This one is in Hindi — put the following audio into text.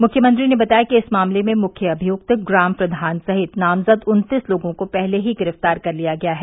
मुख्यमंत्री ने बताया कि इस मामले में मुख्य अभियुक्त ग्राम प्रधान सहित नामजद उन्तीस लोगों को पहले ही गिरफ्तार कर लिया गया है